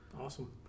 Awesome